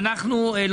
אני אבוא.